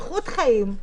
איכות חיים,